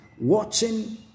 watching